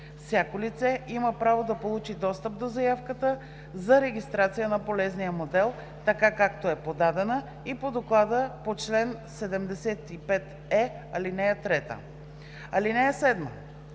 всяко лице има право да получи достъп до заявката за регистрация на полезния модел, така както е подадена, и по доклада по чл. 75е, ал. 3. (7)